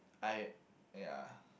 I ya